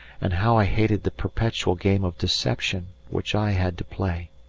and how i hated the perpetual game of deception which i had to play.